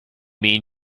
mean